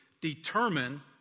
determine